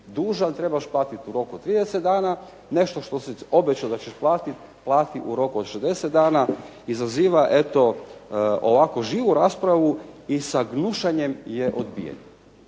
dužan trebaš platiti u roku od 30 dana, nešto što si obećao da ćeš platiti plati u roku od 60 dana, izaziva eto ovako živu raspravu i sa gnušanjem je odbijaju.